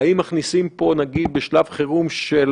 הייתי נכנס לבידוד של יום